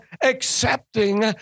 accepting